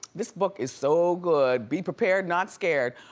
this book is so good, be prepared not scared.